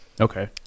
Okay